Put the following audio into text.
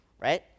right